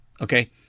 okay